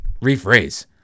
rephrase